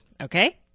okay